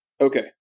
okay